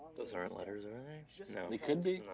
those aren't letters, are and they? they could be.